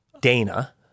Dana